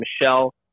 Michelle